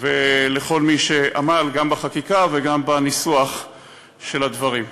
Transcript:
ולכל מי שעמל גם בחקיקה וגם בניסוח של הדברים.